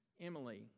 Emily